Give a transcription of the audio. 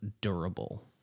durable